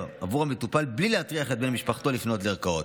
עבור המטופל בלי להטריח את בן משפחתו לפנות לערכאות.